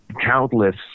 countless